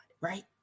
right